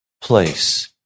place